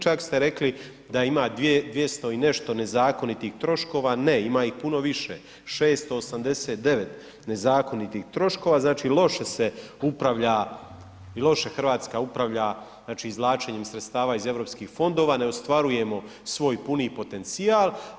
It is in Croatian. Čak ste rekli da ima 200 i nešto nezakonitih troškova, ne ima ih puno više, 689 nezakonitih troškova, znači loše se upravlja i loše Hrvatska upravlja znači izvlačenjem sredstava iz eu fondova, ne ostvarujemo svoj puni potencijal.